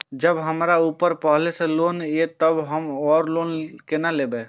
जब हमरा ऊपर पहले से लोन ये तब हम आरो लोन केना लैब?